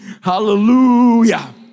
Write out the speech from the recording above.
Hallelujah